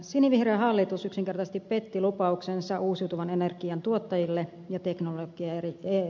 sinivihreä hallitus yksinkertaisesti petti lupauksensa uusiutuvan energian tuottajille ja teknologiayrityksille